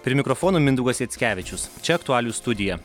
prie mikrofono mindaugas jackevičius čia aktualijų studija